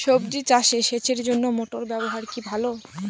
সবজি চাষে সেচের জন্য মোটর ব্যবহার কি ভালো?